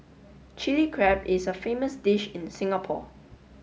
Chilli Crab is a famous dish in Singapore